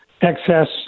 excess